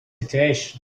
situation